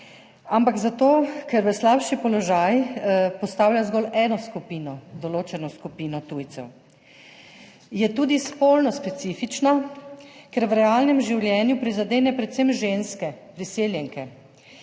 ampak zato, ker v slabši položaj postavlja zgolj eno skupino, določeno skupino tujcev. Je tudi spolno specifična, ker v realnem življenju prizadene predvsem ženske priseljenke